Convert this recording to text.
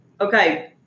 Okay